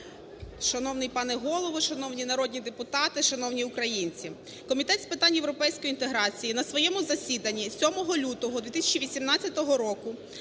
Шановний пане Голово, шановні народні депутати! Шановні українці! Комітет з питань європейської інтеграції на своєму засіданні 7 лютого 2018 року